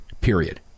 period